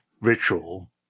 ritual